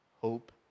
hope